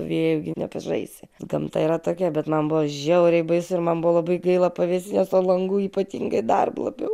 vėju gi nepažaisi gamta yra tokia bet man buvo žiauriai baisu ir man buvo labai gaila pavėsinės langų ypatingai dar labiau